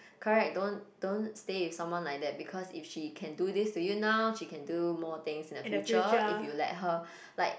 correct don't don't stay with someone like that because if she can do this to you now she can do more things in the future if you let her like